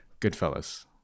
Goodfellas